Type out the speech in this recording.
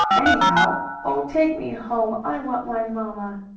anyhow. oh, take me home! i want my mamma!